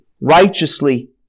righteously